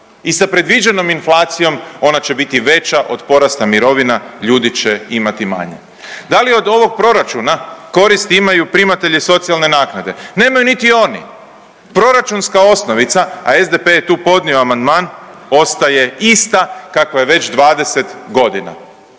i sa predviđenom inflacijom ona će biti veća od porasta mirovina, ljudi će imati manje. Da li od ovog proračuna koristi imaju primatelji socijalne naknade? Nemaju niti oni. Proračunska osnovnica, a SDP je tu podnio amandman ostaje ista kakva je već 20 godina.